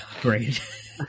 Great